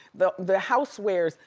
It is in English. the the housewares,